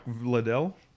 Liddell